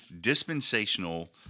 dispensational